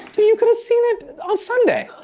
you could have seen it on sunday.